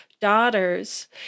daughters